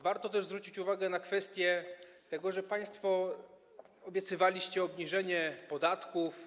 Warto też zwrócić uwagę na kwestię tego, że państwo obiecywaliście obniżenie podatków.